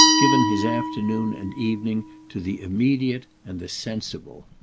given his afternoon and evening to the immediate and the sensible.